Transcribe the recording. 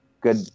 good